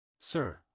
sir